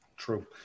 True